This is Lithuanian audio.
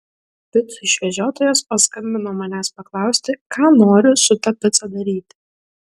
picų išvežiotojas paskambino manęs paklausti ką noriu su ta pica daryti